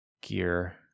gear